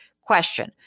Question